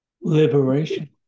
Liberation